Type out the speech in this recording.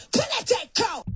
political